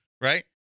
Right